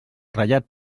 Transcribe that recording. ratllat